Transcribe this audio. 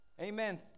Amen